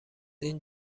این